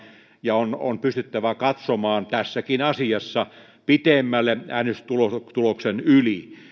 ja on on pystyttävä katsomaan tässäkin asiassa pidemmälle äänestystuloksen yli